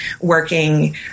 working